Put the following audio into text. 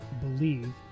believe